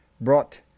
brought